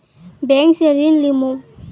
Bank से ऋण लुमू?